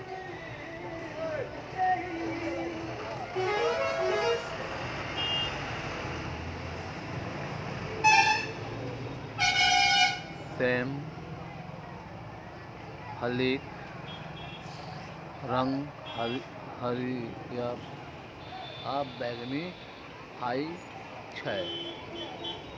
सेम फलीक रंग हरियर आ बैंगनी होइ छै